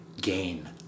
gain